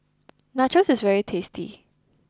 Nachos is very tasty